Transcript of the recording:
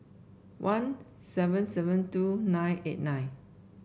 one seven seven two nine eight nine